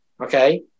okay